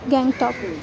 Gangtok